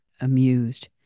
Amused